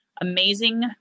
amazing